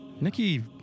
Nikki